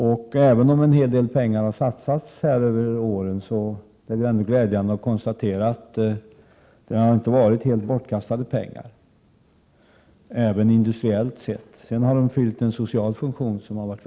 Det är glädjande att kunna konstatera att de pengar som har satsats under åren inte har varit helt bortkastade ens industriellt sett. De har också fyllt en mycket viktig social funktion.